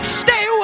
stay